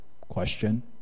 question